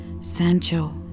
Sancho